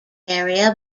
area